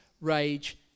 rage